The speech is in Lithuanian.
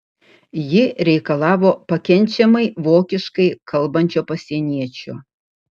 ji reikalavo pakenčiamai vokiškai kalbančio pasieniečio